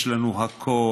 יש לנו הכול.